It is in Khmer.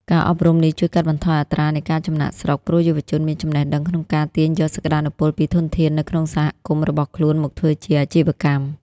ការអប់រំនេះជួយកាត់បន្ថយអត្រានៃការចំណាកស្រុក ព្រោះយុវជនមានចំណេះដឹងក្នុងការទាញយកសក្ដានុពលពីធនធាននៅក្នុងសហគមន៍របស់ខ្លួនមកធ្វើជាអាជីវកម្ម។